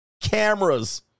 cameras